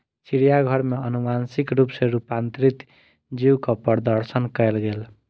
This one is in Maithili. चिड़ियाघर में अनुवांशिक रूप सॅ रूपांतरित जीवक प्रदर्शन कयल गेल